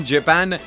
Japan